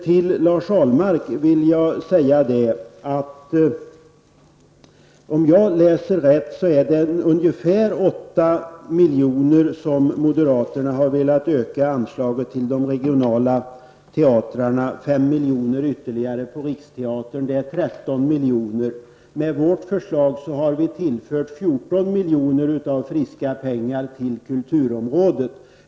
Till Lars Ahlmark vill jag säga att om jag läser rätt vill moderaterna öka anslaget till de regionala teatrarna med ungefär 8 milj.kr. och anslaget till Riksteatern med 5 milj.kr. Det blir sammantaget en ökning med 13 milj.kr. Med vårt förslag tllför vi 14 friska miljoner till kulturområdet.